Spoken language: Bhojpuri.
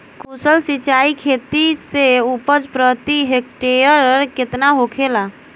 कुशल सिंचाई खेती से उपज प्रति हेक्टेयर केतना होखेला?